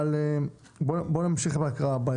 אבל בואו נמשיך בהקראה.